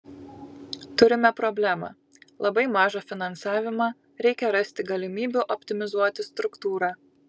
turime problemą labai mažą finansavimą reikia rasti galimybių optimizuoti struktūrą